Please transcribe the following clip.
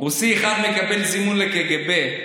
רוסי אחד מקבל זימון לקג"ב: